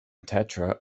tetra